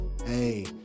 Hey